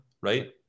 right